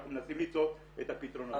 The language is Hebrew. אנחנו מנסים למצוא את הפתרונות.